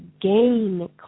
gain